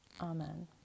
amen